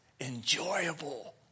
enjoyable